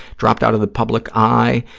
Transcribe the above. dropped out of the public eye,